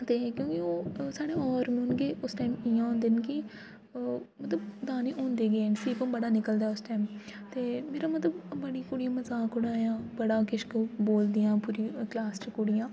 क्योंकि ओह् साढ़ै होर्मोन गै उस टाइम इ'यां होंदे न कि मतलब दाने होंदे गै न फेवेर बड़ा निकलदा ऐ उस टैम ते मेरा मतलब बड़ी कुड़ियें मजाक उड़ाया बड़ा किश बोलदियां पूरी क्लास च कुड़ियां